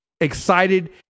excited